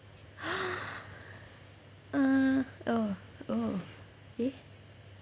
mm oh oh eh